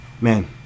Man